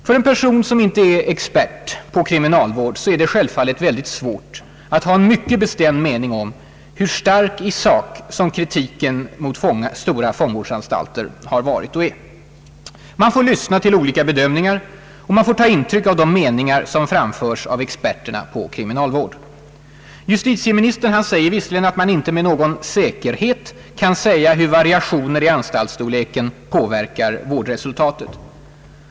För en person som inte är expert på kriminalvård är det självfallet svårt att ha en mycket bestämd mening om hur stark i sak kritiken mot stora fångvårdsanstalter har varit och är. Man får lyssna till olika bedömningar, och man får ta intryck av de meningar som framförs av experterna på kriminalvård. Justitieministern säger visserligen, att man inte »med någon säkerhet» kan säga hur variationer i anstaltsstorleken påverkar vårdresultatet.